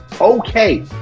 Okay